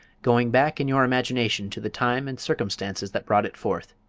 going back in your imagination to the time and circumstances that brought it forth.